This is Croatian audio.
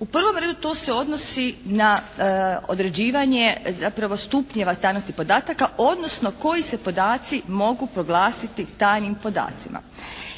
U prvom redu to se odnosi na određivanje zapravo stupnjeva tajnosti podataka odnosno koji se podaci mogu proglasiti tajnim podacima.